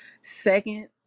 Second